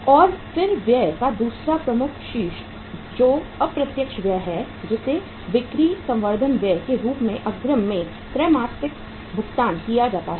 और फिर व्यय का दूसरा प्रमुख शीर्ष जो अप्रत्यक्ष व्यय है जिसे बिक्री संवर्धन व्यय के रूप में अग्रिम में त्रैमासिक भुगतान किया जाता है